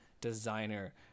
designer